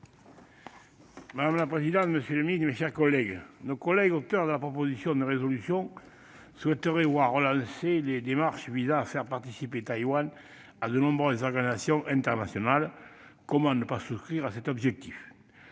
Madame la présidente, monsieur le secrétaire d'État, mes chers collègues, nos collègues auteurs de la proposition de résolution souhaiteraient voir relancées les démarches visant à faire participer Taïwan à de nombreuses organisations internationales. Comment ne pas souscrire à cet objectif ?